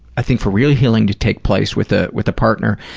i think for real healing to take place with ah with a partner,